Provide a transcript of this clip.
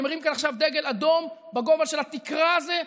אני מרים כאן עכשיו דגל אדום בגובה של התקרה הזאת,